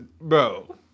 bro